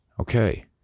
okay